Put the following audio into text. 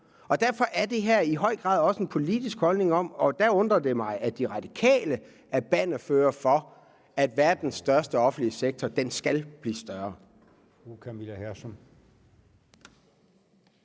Derfor er det her i høj grad også et spørgsmål om politisk holdning, og der undrer det mig at De Radikale er bannerførere for, at verdens største offentlige sektor skal blive større.